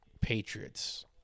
Patriots